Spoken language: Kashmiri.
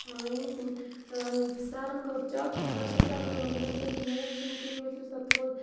ییٚمۍ سَرَن کٔر چَک خۄرشیٖد سَرَن ووٚن یَس ہَسا میتھ چھنہٕ کِہیٖنۍ ؤتھِو سا تھوٚد